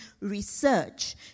research